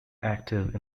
active